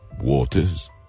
waters